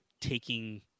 taking